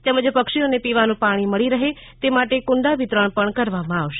તેમજ પક્ષીઓને પીવાનુ પાણી મળી રહે તે માટે કુંડા વિતરણ પણ કરવામાં આવશે